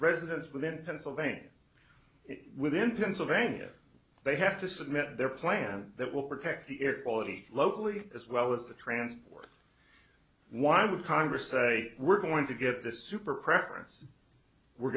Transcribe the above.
residents within pennsylvania within pennsylvania they have to submit their plan that will protect the air quality locally as well as the transport why would congress say we're going to get this super preference were